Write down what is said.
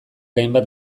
hainbat